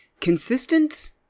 consistent